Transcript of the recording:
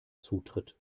zutritt